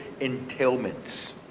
entailments